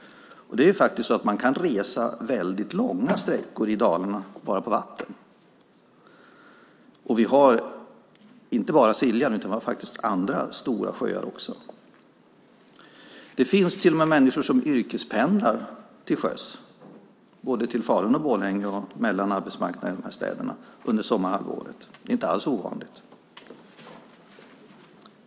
Man kan resa långa sträckor i Dalarna bara på vatten. Vi har inte bara Siljan utan andra stora sjöar. Det finns till och med människor som yrkespendlar till sjöss under sommarhalvåret, både till Falun och Borlänge och mellan arbetsmarknaderna i dessa städer. Det är inte alls ovanligt.